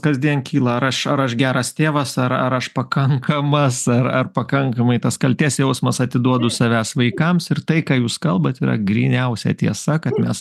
kasdien kyla ar aš ar aš geras tėvas ar ar aš pakankamas ar ar pakankamai tas kaltės jausmas atiduodu savęs vaikams ir tai ką jūs kalbat yra gryniausia tiesa kad mes